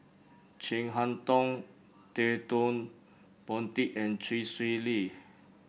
Chin Harn Tong Ted De Ponti and Chee Swee Lee